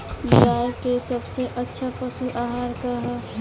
गाय के सबसे अच्छा पशु आहार का ह?